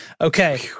Okay